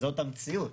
זאת המציאות,